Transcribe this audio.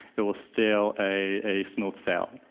it was still a smooth sail.